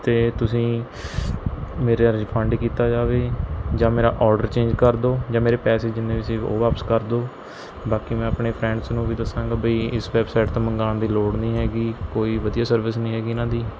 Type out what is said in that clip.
ਅਤੇ ਤੁਸੀਂ ਮੇਰਾ ਰੀਫੰਡ ਕੀਤਾ ਜਾਵੇ ਜਾਂ ਮੇਰਾ ਓਡਰ ਚੇਂਜ ਕਰ ਦਿਉ ਜਾਂ ਮੇਰੇ ਪੈਸੇ ਜਿੰਨੇ ਰਸੀਵ ਉਹ ਵਾਪਸ ਕਰ ਦਿਉ ਬਾਕੀ ਮੈਂ ਆਪਣੇ ਫਰੈਂਡਜ਼ ਨੂੰ ਵੀ ਦੱਸਾਗਾਂ ਬਈ ਇਸ ਵੈੱਬਸਾਈਟ ਤੋਂ ਮੰਗਵਾਉਣ ਦੀ ਲੋੜ ਨਹੀਂ ਹੈਗੀ ਕੋਈ ਵਧੀਆ ਸਰਵਿਸ ਨਹੀਂ ਹੈਗੀ ਇਨ੍ਹਾਂ ਦੀ